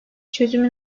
çözümü